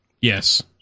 Yes